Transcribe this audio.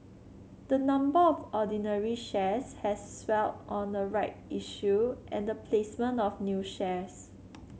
the number of ordinary shares has swelled on a right issue and the placement of new shares